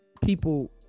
people